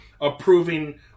approving